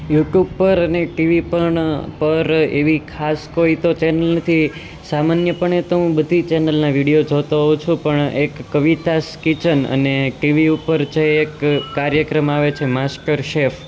YouTube પર અને TV પણ પર એવું ખાસ કોઈ તો ચેનલ નથી સામાન્યપણે તો હું બધી ચેનલના વિડિયો જોતો હોવ છું પણ એક કવિતાસ કિચન અને ટીવી ઉપર એક કાર્યક્રમ આવે છે માસ્ટર શેફ